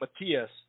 Matias